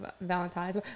Valentine's